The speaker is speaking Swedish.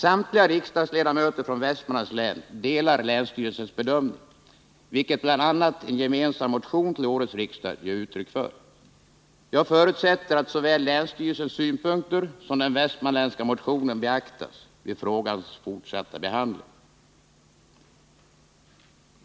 Samtliga riksdagsledamöter från Västmanlands län delar länsstyrelsens bedömningar, vilket bl.a. en gemensam motion till innevarande riksmöte ger uttryck för. Jag förutsätter att såväl länsstyrelsens synpunkter som den västmanländska motionen beaktas vid den fortsatta behandlingen av frågan.